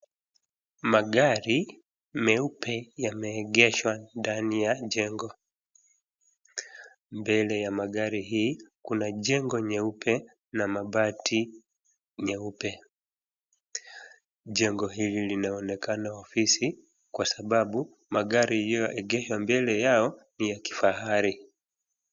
Magari meupe yamegeshwa ndani ya jengo. Mbele ya magari hii, kuna jengo nyeupe na mabati nyeupe. Jengo hili linaonekana ofisi kwa sababu magari ilioegeshwa mbele yao, ni ya kifahari.